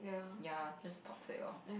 ya it's just toxic orh